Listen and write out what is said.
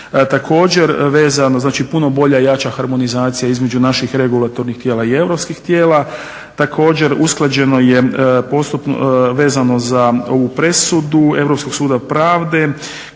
znači puno bolja jača harmonizacija između naših regulatornih tijela i europskih tijela. Također usklađeno je postupno, vezano za ovu presudu Europskog suda pravde